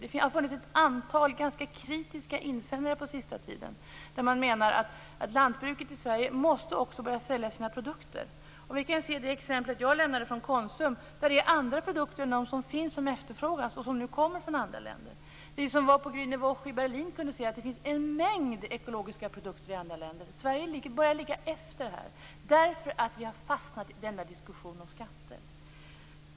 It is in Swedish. Det har funnits ett antal ganska kritiska insändare på sista tiden. Man menar att lantbruket i Sverige också måste börja sälja sina produkter. I det exempel jag gav om Konsum kunde vi se att det är andra produkter än de som finns som efterfrågas och som nu kommer från andra länder. Vi som var på Grüne Woche i Berlin kunde se att det finns en mängd ekologiska produkter i andra länder. Sverige börjar ligga efter därför att vi har fastnat i denna diskussion om skatter.